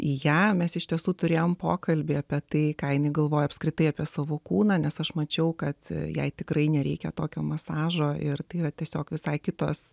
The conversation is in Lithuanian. į jav mes iš tiesų turėjome pokalbį apie tai ką jinai galvoja apskritai apie savo kūną nes aš mačiau kad jai tikrai nereikia tokio masažo ir tai yra tiesiog visai kitos